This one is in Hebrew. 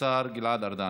השר גלעד ארדן.